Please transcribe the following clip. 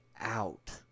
out